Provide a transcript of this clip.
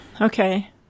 Okay